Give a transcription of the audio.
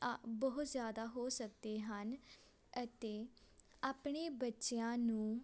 ਆ ਬਹੁਤ ਜ਼ਿਆਦਾ ਹੋ ਸਕਦੇ ਹਨ ਅਤੇ ਆਪਣੇ ਬੱਚਿਆਂ ਨੂੰ